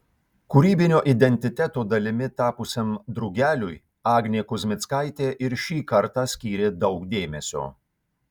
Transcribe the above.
kūrybinio identiteto dalimi tapusiam drugeliui agnė kuzmickaitė ir šį kartą skyrė daug dėmesio